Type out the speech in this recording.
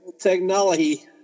Technology